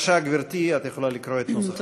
בבקשה, גברתי, את יכולה לקרוא את נוסח השאילתה.